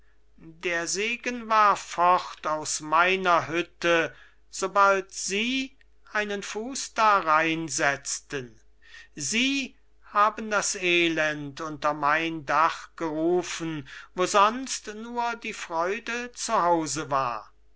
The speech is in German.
der segen war fort aus meiner hütte sobald sie einen fuß darein setzten sie haben das elend unter mein dach gerufen wo sonst nur die freude zu hause war